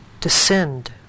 descend